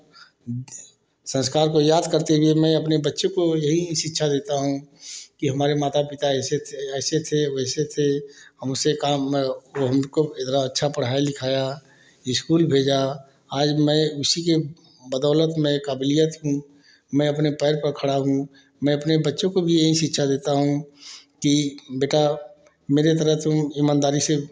संस्कार को याद करते हुए मैं अपने बच्चे को यही शिक्षा देता हूँ कि हमारे माता पिता ऐसे थे ऐसे थे वैसे थे हम उसे काम ओ हमको इतना अच्छा पढ़ाया लिखाया स्कूल भेजा आज मैं उसी बदौलत में काबिलियत हूँ मैं अपने पैर पर खड़ा हूँ मैं अपने बच्चों को भी यही शिक्षा देता हूँ कि बेटा मेरे तरह तुम ईमानदारी से